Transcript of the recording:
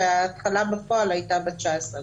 וההתחלה בפועל הייתה ב-19 לחודש.